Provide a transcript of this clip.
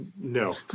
no